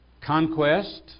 conquest